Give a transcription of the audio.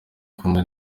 kumwe